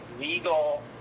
legal